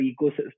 ecosystem